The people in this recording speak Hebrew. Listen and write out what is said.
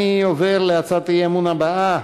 אני עובר להצעת האי-אמון הבאה: